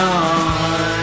on